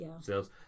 sales